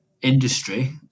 industry